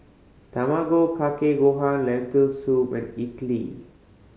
Tamago Kake Gohan Lentil Soup and